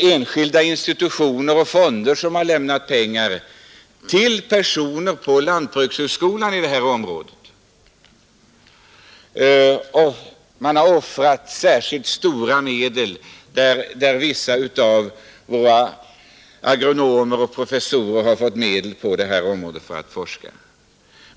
Enskilda institutioner och fonder har anslagit pengar till personer på lantbrukshögskolan för forskning på detta område; man har anslagit av privata medel en hel del pengar till vissa agronomer och professorer för sådan forskning.